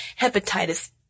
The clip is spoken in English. hepatitis